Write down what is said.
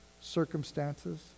circumstances